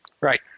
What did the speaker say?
Right